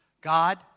God